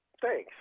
Thanks